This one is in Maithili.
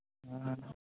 हँ